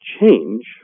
change